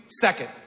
second